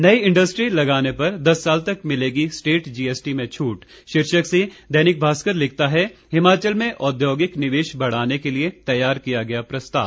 नई इंडस्ट्री लगाने पर दस साल तक मिलेगी स्टेट जीएसटी में छूट शीर्षक से दैनिक भास्कर लिखता है हिमाचल में औद्योगिक निवेश बढ़ाने के लिये तैयार किया गया प्रस्ताव